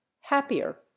happier